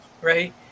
right